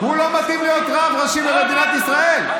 לא מתאים להיות רב ראשי במדינת ישראל.